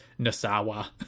Nasawa